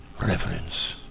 reverence